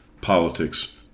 politics